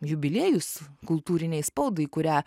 jubiliejus kultūrinei spaudai kurią